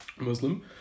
Muslim